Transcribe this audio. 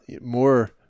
more